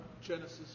Genesis